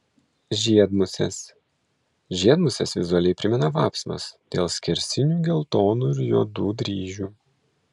žiedmusės žiedmusės vizualiai primena vapsvas dėl skersinių geltonų ir juodų dryžių